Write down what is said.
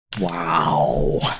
Wow